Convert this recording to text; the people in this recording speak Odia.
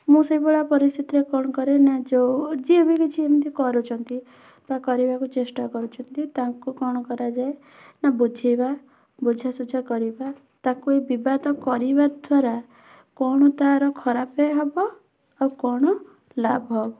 ମୁଁ ସେହିଭଳିଆ ପରିସ୍ଥିତିରେ କ'ଣ କରେ ନା ଯେଉଁ ଯିଏବି କିଛି ଏମିତି କରୁଛନ୍ତି ବା କରିବାକୁ ଚେଷ୍ଟା କରୁଛନ୍ତି ତାଙ୍କୁ କ'ଣ କରାଯାଏ ନା ବୁଝେଇବା ବୁଝା ସୁଝା କରିବା ତାକୁ ଏ ବିବାଦ କରିବା ଦ୍ୱାରା କ'ଣ ତା'ର ଖରାପ ହେବ ଆଉ କ'ଣ ଲାଭ ହେବ